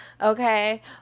okay